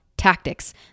tactics